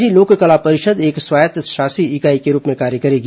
राज्य लोक कला परिषद एक स्वायत्तशासी इकाई के रूप में कार्य करेगी